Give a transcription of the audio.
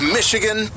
Michigan